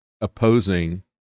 opposing